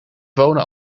wonen